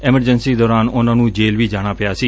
emergency ਦੌਰਾਨ ਉਨਾਂ ਨੂੰ ਜੇਲ ਵੀ ਜਾਣਾ ਪਿਆ ਸੀ